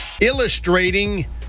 Illustrating